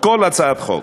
הצעת חוק,